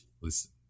Listen